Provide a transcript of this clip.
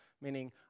meaning